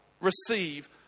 receive